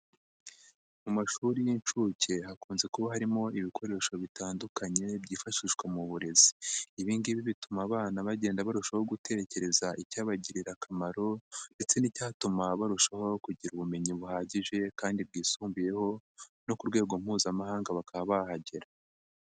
Mu mashuri y'incuke hakunze kuba harimo ibikoresho bitandukanye byifashishwa mu burezi, ibi ngibi bituma abana bagenda barushaho gutekereza icyabagirira akamaro ndetse n'icyatuma barushaho kugira ubumenyi buhagije kandi bwisumbuyeho no ku rwego mpuzamahanga bakaba bahagera.